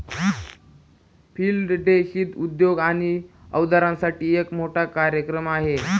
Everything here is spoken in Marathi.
फिल्ड डे शेती उद्योग आणि अवजारांसाठी एक मोठा कार्यक्रम आहे